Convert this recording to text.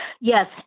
Yes